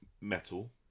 metal